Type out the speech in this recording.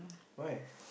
why